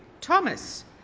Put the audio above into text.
Thomas